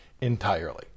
entirely